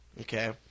okay